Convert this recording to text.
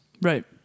Right